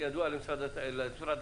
היא ידועה למשרד התחבורה,